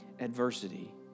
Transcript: adversity